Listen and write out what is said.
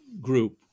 group